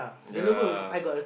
ya